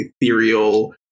ethereal